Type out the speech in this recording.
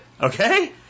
Okay